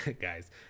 guys